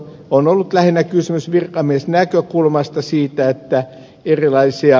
on ollut lähinnä kysymys virkamiesnäkökulmasta siitä että erilaisia